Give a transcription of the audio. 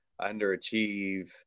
underachieve